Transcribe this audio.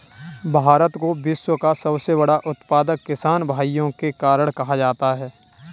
भारत को विश्व का सबसे बड़ा उत्पादक किसान भाइयों के कारण कहा जाता है